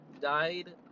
died